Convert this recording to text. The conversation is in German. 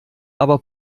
aber